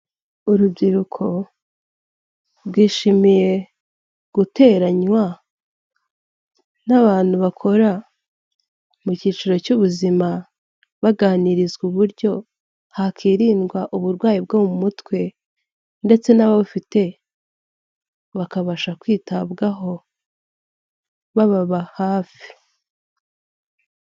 Urubyiruko rwishimiye guteranywa n'abantu bakora mu cyiciro cy'ubuzima, baganirizwa uburyo hakiririndwa uburwayi bwo mu mutwe ndetse n'abawufite bakabasha kwitabwaho babababa hafi.